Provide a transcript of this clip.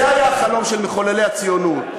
זה היה החלום של מחוללי הציונות.